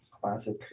Classic